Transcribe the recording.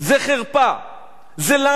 זה חרפה, זה לעג לרש.